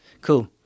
Cool